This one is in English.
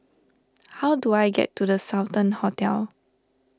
how do I get to the Sultan Hotel